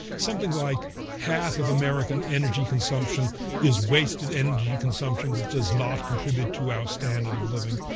something like half of american energy consumption is wasted energy consumption that does not contribute to our standard of living.